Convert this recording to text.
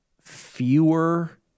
Fewer